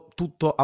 tutto